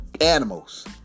animals